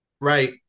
Right